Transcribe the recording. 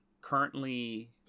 currently